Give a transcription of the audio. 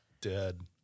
dead